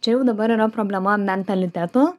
čia jau dabar yra problema mentaliteto